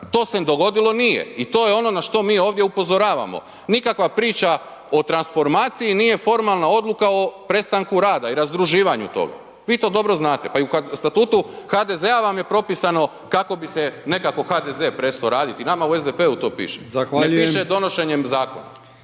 to se dogodilo nije i to je ono na što mi ovdje upozoravamo, nikakva priča o transformaciji nije formalna odluka o prestanku rada i razdruživanju toga, vi to dobro znate, pa i u statutu HDZ-a vam je propisano kako bi se nekako HDZ presto radit i nama u SDP-u to piše …/Upadica: